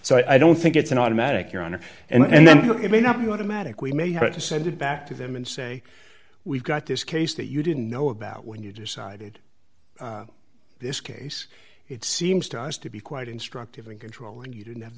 so i don't think it's an automatic your honor and then look it may not be automatic we may have to send it back to them and say we've got this case that you didn't know about when you decided this case it seems to us to be quite instructive in control and you didn't have